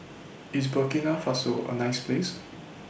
IS Burkina Faso A nice Place